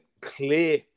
clear